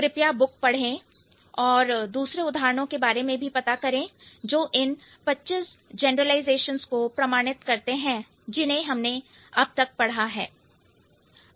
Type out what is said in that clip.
कृपया बुक पढ़ें और दूसरे उदाहरणों के बारे में भी पता करें जो इन 25 जनरलाइजेशंस को प्रमाणित करते हैं जिन्हें हमने अब तक पढ़ा है